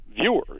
viewers